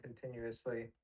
continuously